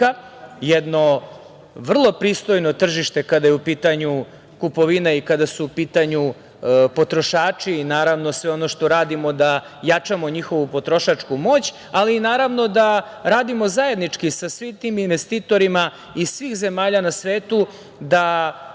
jedno vrlo pristojno tržište kada je u pitanju kupovina i kada su u pitanju potrošači, i naravno, sve ono što radimo da jačamo njihovu potrošačku moć, ali i naravno da radimo zajednički, sa svim tim investitorima iz svih zemalja na svetu, da